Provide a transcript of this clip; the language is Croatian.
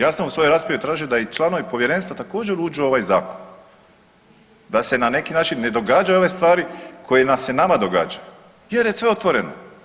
Ja sam u svojoj raspravi tražio da i članovi povjerenstva također uđu u ovaj zakon, da se na neki način ne događaju ove stvari koje se nama događaju jer je sve otvoreno.